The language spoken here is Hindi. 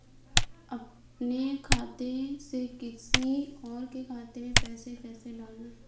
अपने खाते से किसी और के खाते में पैसे कैसे डालें?